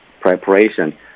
preparation